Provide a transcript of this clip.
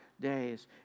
days